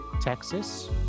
Texas